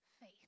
faith